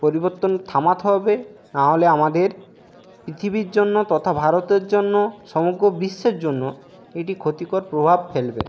পরিবর্তন থামাতে হবে না হলে আমাদের পৃথিবীর জন্য তথা ভারতের জন্য সমগ্র বিশ্বের জন্য এটি ক্ষতিকর প্রভাব ফেলবে